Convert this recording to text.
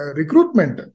recruitment